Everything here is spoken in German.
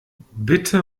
bitte